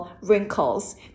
wrinkles